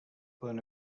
poden